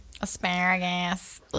Asparagus